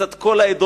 מצד כל העדות,